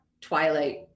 twilight